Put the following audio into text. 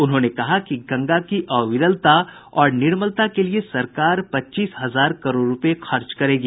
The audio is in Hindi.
उन्होंने कहा कि गंगा की अविरलता और निर्मलता के लिये सरकार पच्चीस हजार करोड़ रूपये खर्च करेगी